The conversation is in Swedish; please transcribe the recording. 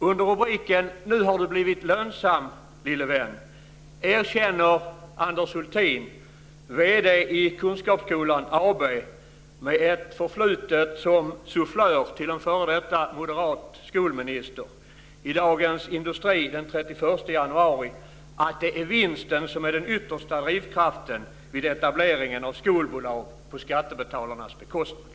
Under rubriken "Nu har du blivit lönsam, lille vän" erkänner Anders Hultin, vd i Kunskapsskolan AB, med ett förflutet som sufflör till en f.d. moderat skolminister, i Dagens Industri den 31 januari att det är vinsten som är den yttersta drivkraften vid etableringen av skolbolag på skattebetalarnas bekostnad.